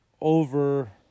over